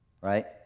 right